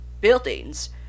buildings